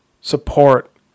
support